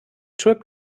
trip